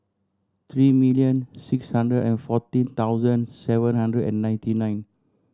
three million six hundred and fourteen thousand seven hundred and ninety nine